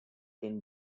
been